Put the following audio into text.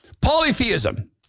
polytheism